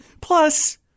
Plus